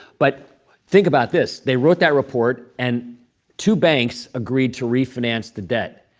but think about this. they wrote that report. and two banks agreed to refinance the debt.